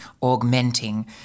augmenting